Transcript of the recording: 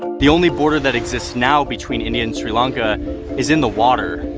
the only border that exists now between india and sri lanka is in the water.